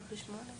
בתוספת.